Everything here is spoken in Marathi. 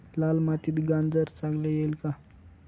लाल मातीत गाजर चांगले येईल का?